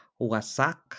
Wasak